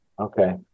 Okay